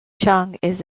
its